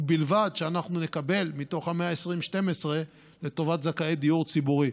ובלבד שאנחנו נקבל מתוך ה-120 12 לטובת זכאי דיור ציבורי.